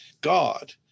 God